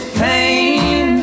pain